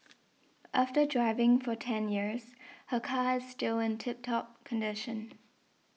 after driving for ten years her car is still in tip top condition